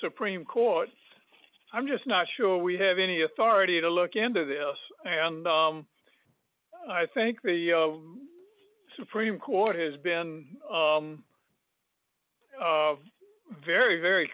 supreme court i'm just not sure we have any authority to look into this and i think the supreme court has been very very